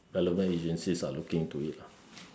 relevant agencies are looking into it lah